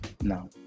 no